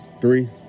three